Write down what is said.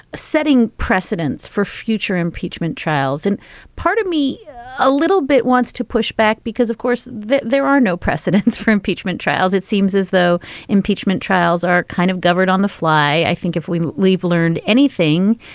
ah setting precedents for future impeachment trials. and part of me a little bit wants to push back because of course there are no precedents for impeachment trials. it seems as though impeachment trials are kind of governed on the fly. i think if we leave learned anything,